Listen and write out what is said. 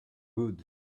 good